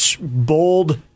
bold